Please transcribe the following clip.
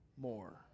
more